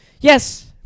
yes